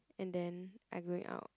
and then I going out